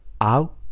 out